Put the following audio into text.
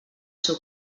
seu